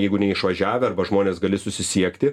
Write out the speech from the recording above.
jeigu neišvažiavę arba žmonės gali susisiekti